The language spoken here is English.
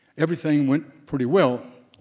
everything went pretty well.